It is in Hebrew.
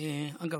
אגב,